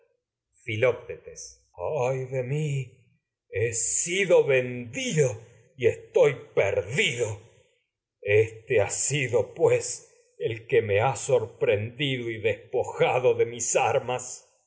quien estás ay de mi he sido vendido y estoy perdido y éste ha sido pues el que me ha sorprendido despojado de mis armas